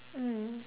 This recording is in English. mm